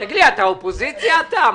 אתה אופוזיציה אתה?